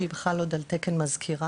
שהיא בכלל עוד על תקן מזכירה,